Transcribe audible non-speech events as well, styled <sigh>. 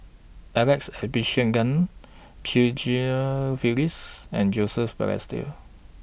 Alex Abisheganaden Chew <unintelligible> Phyllis and Joseph Balestier